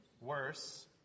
worse